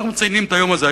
אנחנו מציינים את היום הזה.